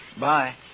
Bye